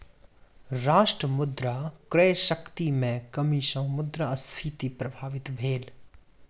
राष्ट्र मुद्रा क्रय शक्ति में कमी सॅ मुद्रास्फीति प्रभावित भेल